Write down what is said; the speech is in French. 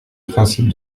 principe